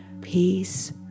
peace